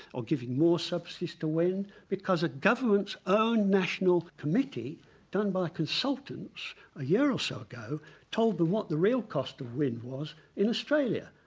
or giving more subsidies to wind, because the governments own national committee done by consultants a year or so ago told them what the real cost of wind was in australia.